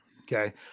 Okay